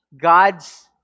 God's